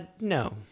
No